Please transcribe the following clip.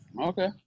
okay